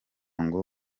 ngo